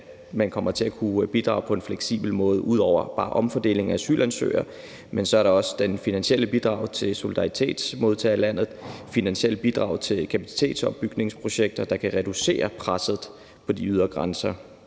man kommer til at kunne bidrage på en fleksibel måde. Det er ikke bare omfordeling af asylansøgere. Der er også det finansielle bidrag til solidaritet. Modtager landet finansielle bidragtil kapacitetsopbygningsprojekter, der kan reducere presset på de ydre grænser,